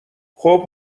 خوب